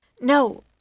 No